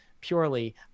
purely